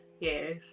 yes